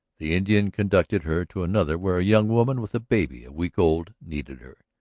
the indian conducted her to another where a young woman with a baby a week old needed her.